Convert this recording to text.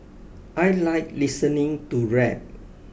I like listening to rap